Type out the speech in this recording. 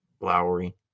Lowry